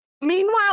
Meanwhile